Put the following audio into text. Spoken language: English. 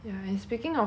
what do you think is like